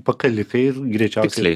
pakalikai greičiausiai